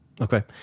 Okay